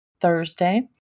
thursday